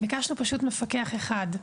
אלא ביקשנו מפקח אחד.